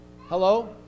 Hello